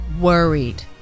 worried